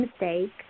mistake